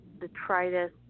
detritus